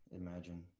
imagine